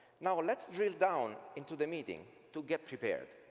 now, let's drill down into the meeting to get prepared.